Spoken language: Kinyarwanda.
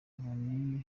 inkoni